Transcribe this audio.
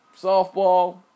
softball